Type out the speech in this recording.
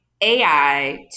AI